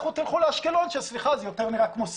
לכו לאשקלון שסליחה אבל זה נראה יותר כמו סלאמס.